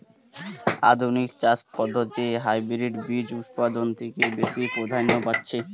আধুনিক চাষ পদ্ধতিতে হাইব্রিড বীজ উৎপাদন অনেক বেশী প্রাধান্য পাচ্ছে